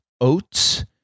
oats